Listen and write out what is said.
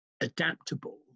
adaptable